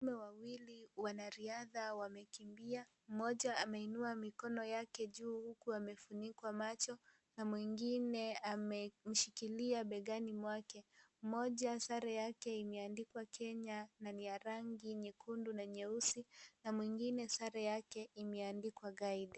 Wanaume wawili wanariadha wamekimbia, mmoja ameinua mikono yake juu huku amefunikwa macho, na mwingine amemshikilia begni mwake, mmoja sare ake imeandikwa Kenya na ni ya rangi ya nyekundu na nyeusi na mwingine sare yake imeandikwa guide .